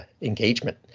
engagement